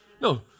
No